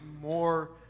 more